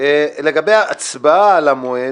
לגבי הצבעה על המועד,